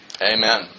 Amen